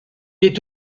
est